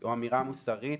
זו אמירה מוסרית